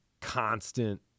constant